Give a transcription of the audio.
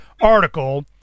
article